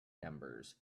numbers